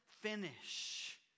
finish